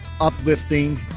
uplifting